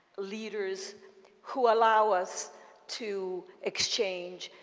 leaders who allow us to exchange,